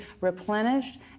replenished